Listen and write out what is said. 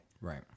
Right